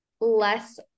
less